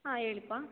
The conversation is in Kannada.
ಹಾಂ ಹೇಳಿಪ್ಪ